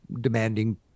demanding